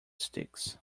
sticks